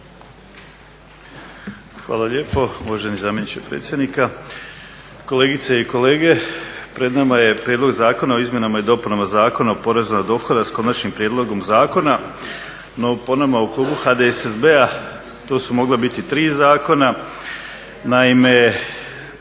Hvala lijepo uvaženi zamjeniče predsjednika. Kolegice i kolege, pred nama je Prijedlog zakona o izmjenama i dopunama Zakona o porezu na dohodak s konačnim prijedlogom zakona, no po nama u klubu HDSSB-a to su mogla biti tri zakona. Naime,